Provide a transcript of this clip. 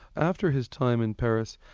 after his time in paris,